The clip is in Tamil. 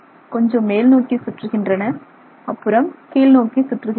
இவை கொஞ்சம் மேல்நோக்கி சுற்றுகின்றன அப்புறம் கீழ்நோக்கி சுற்றுகின்றன